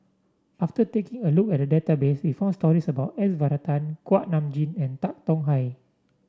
after taking a look at the database we found stories about S Varathan Kuak Nam Jin and Tan Tong Hye